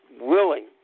willing